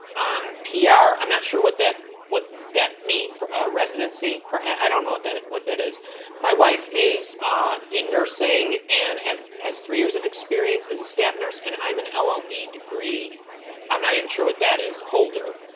on pr ah i'm not sure what that what that mean residency perhaps i don't know what that what that is my wife is in nursing and have has three years of experience as a staff nurse and i'm an llb ah degree i'm not even sure what that is holder